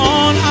on